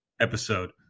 episode